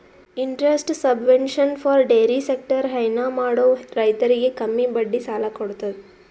interest subvention for dairy sector ಹೈನಾ ಮಾಡೋ ರೈತರಿಗ್ ಕಮ್ಮಿ ಬಡ್ಡಿ ಸಾಲಾ ಕೊಡತದ್